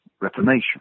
reformation